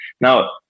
Now